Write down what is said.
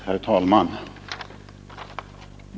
Herr talman!